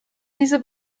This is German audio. diese